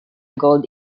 gold